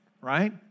right